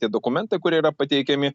tie dokumentai kurie yra pateikiami